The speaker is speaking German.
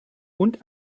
und